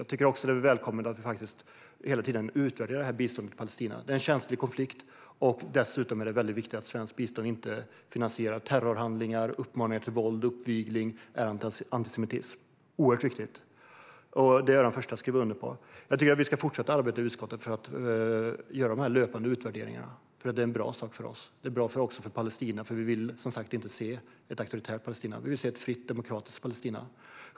Jag välkomnar också att vi hela tiden utvärderar biståndet till Palestina, för det är en känslig konflikt. Dessutom är det viktigt att svenskt bistånd inte finansierar terrorhandlingar, uppmaning till våld, uppvigling eller antisemitism. Det är jag den förste att skriva under på. Jag tycker att utskottet ska fortsätta driva på för löpande utvärderingar. Det är bra för både Sverige och Palestina. Vi vill som sagt inte se ett auktoritärt Palestina; vi vill se ett fritt, demokratiskt Palestina.